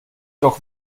doch